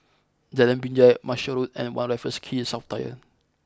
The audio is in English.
Jalan Binjai Marshall Road and One Raffles Quay South Tower